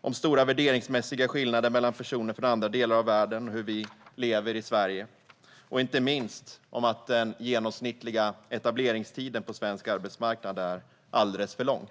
om stora värderingsmässiga skillnader mellan personer från andra delar av världen och hur vi lever i Sverige och, inte minst, om att den genomsnittliga etableringstiden på svensk arbetsmarknad alldeles för lång.